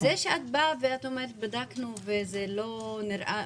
וזה שאת באה ואת אומרת: בדקנו וזה לא נראה.